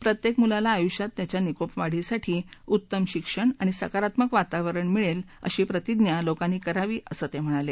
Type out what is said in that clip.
प्रत्येक मुलाला आयुष्यात त्याच्या निकोप वाढीसाठी उत्तम शिक्षण आणि सकारात्मक वातावरण मिळेल अशी प्रतिज्ञा लोकांनी करावी असं ते म्हणाले